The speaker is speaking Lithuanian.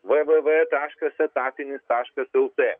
v v v taškas etatinis taškas lt